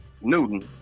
Newton